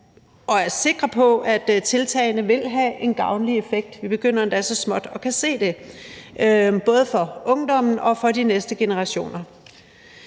også sikre på, at tiltagene vil have en gavnlig effekt – vi begynder endda så småt at kunne se det – både for ungdommen og for de næste generationer.